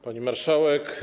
Pani Marszałek!